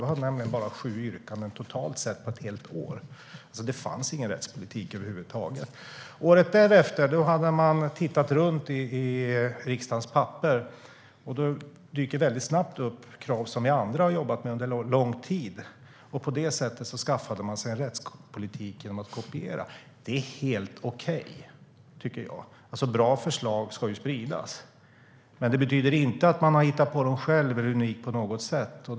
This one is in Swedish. Då hade de bara sju yrkanden totalt sett på ett helt år. Det fanns ingen rättspolitik i Sverigedemokraterna över huvud taget. Året därefter hade man tittat runt i riksdagens papper. Då dök det snabbt upp krav som vi andra hade jobbat med under lång tid. På det sättet skaffade man sig en rättspolitik genom att kopiera. Det är helt okej, tycker jag. Bra förslag ska ju spridas. Men det betyder inte att man har hittat på dem själv eller att de på något sätt är unika.